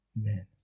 men